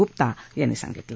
गुप्ता यांनी सांगितलं